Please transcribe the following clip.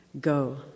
Go